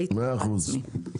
מאה אחוז.